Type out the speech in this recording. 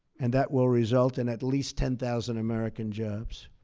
and that will result in at least ten thousand american jobs.